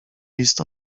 list